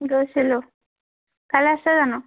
গৈছিলো কাইলে আছে জানো